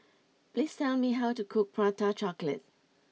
please tell me how to cook Prata Chocolate